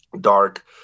dark